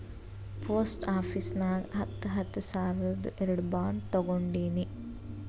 post office ನಾಗ್ ಹತ್ತ ಹತ್ತ ಸಾವಿರ್ದು ಎರಡು ಬಾಂಡ್ ತೊಗೊಂಡೀನಿ